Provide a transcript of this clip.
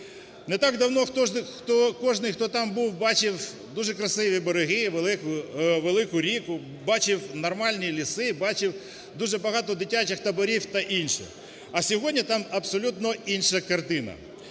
Не так давно кожний, хто там був, бачив дуже красиві береги, велику ріку, бачив нормальні ліси, бачив дуже багато дитячих таборів та інше. А сьогодні там абсолютно інша картина.